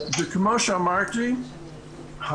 וכמו שאמרתי,